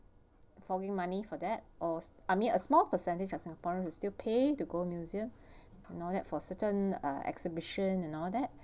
forking out money for that or I mean a small percentage of singaporeans still pay to go museums all that for certain uh exhibition and all that